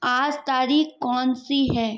आज तारीख कौन सी है